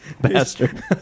bastard